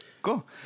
Cool